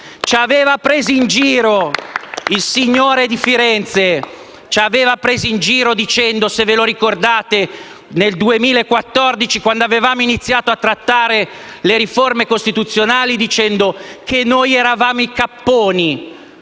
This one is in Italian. Ci aveva presi in giro, il signore di Firenze, dicendo, se ve lo ricordate (nel 2014, quando avevamo iniziato a trattare le riforme costituzionali), che noi eravamo i capponi: